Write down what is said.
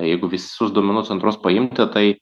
jeigu visus duomenų centrus paimti tai